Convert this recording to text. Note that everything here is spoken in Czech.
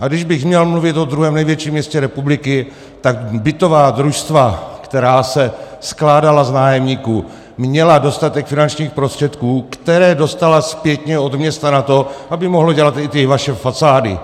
A kdybych měl mluvit o druhém největším městě republiky, tak bytová družstva, která se skládala z nájemníků, měla dostatek finančních prostředků, které dostala zpětně od města na to, aby mohla dělat i ty vaše fasády.